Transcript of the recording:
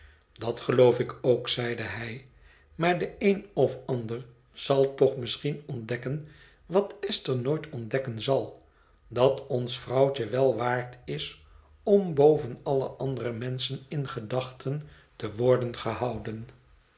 dat geloof ik ook zeide hij maar de een of ander zal toch misschien ontdekken wat esther nooit ontdekken zal dat ons vrouwtje wel waard is om boven alle andere menschen in gedachten te worden gehouden